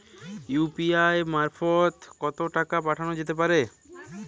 UPI মারফত কত টাকা পাঠানো যেতে পারে?